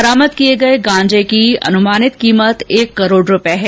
बरामद किये गये गांजे की अनुमानित कीमत एक करोड रूपये है